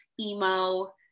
emo